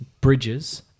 Bridges